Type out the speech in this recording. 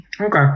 Okay